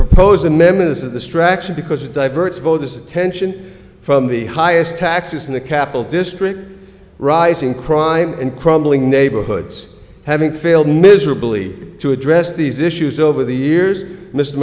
proposed amendment of the structure because it diverts voters attention from the highest taxes in the capital district rising crime and crumbling neighborhoods having failed miserably to address these issues over the years mr